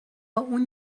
اون